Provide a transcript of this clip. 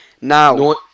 Now